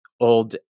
old